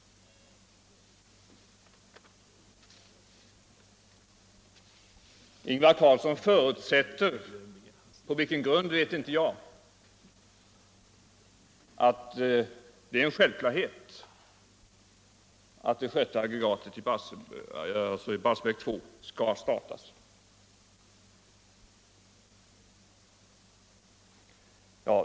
Ingvar Carlsson förutsätter vidare — på vilken grund vet inte jag — alt det är en självklarhet att det sjätte aggregatet. Barsebäck 2, skall startlas.